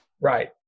Right